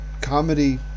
comedy